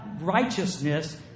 righteousness